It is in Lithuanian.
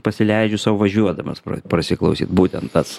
pasileidžiu sau važiuodamas prasiklausyt būtent tas